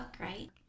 right